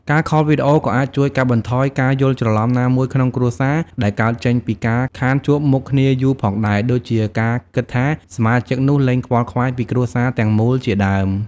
ការខលវីដេអូក៏អាចជួយកាត់បន្ថយការយល់ច្រឡំណាមួយក្នុងគ្រួសារដែលកើតចេញពីការខានជួបមុខគ្នាយូរផងដែរ ដូចជា ការគិតថា សមាជិកនោះលែងខ្វល់ខ្វាយពីគ្រួសារទាំងមូលជាដើម។